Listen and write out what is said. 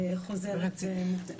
אבל בשבועות יש גם משמעות מבחינת השחרורים.